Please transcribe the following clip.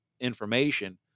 information